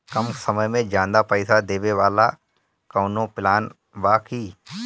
कम समय में ज्यादा पइसा देवे वाला कवनो प्लान बा की?